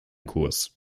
kurs